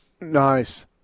Nice